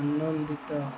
ଆନନ୍ଦିତ